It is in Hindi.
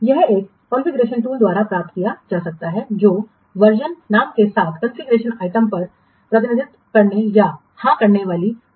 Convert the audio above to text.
यह एक कॉन्फ़िगरेशन टूल द्वारा प्राप्त किया जा सकता है जो वर्जननाम के साथ कॉन्फ़िगरेशन आइटम का प्रतिनिधित्व करने या हाँ करने वाली फ़ाइलों को टैग करके